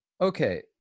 Okay